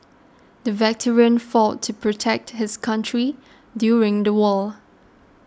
the veteran fought to protect his country during the war